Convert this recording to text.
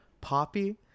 poppy